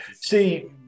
See